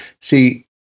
see